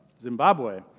Zimbabwe